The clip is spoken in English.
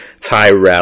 Tyrell